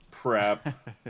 Prep